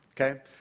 Okay